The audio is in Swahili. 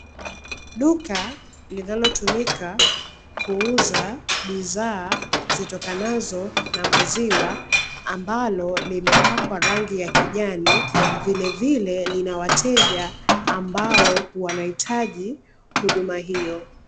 Duka linalotumika kuuza bidhaa zitokanazo na maziwa, ambalo limepakwa rangi ya kijani, vilevile linawateja wanao hitaji huduma hiyo.